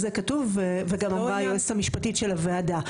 זה כתוב וגם אמרה היועצת המשפטית של הוועדה.